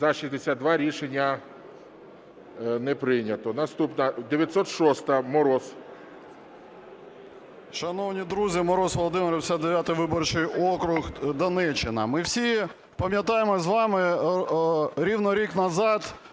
За-62 Рішення не прийнято. Наступна – 906-а. Мороз.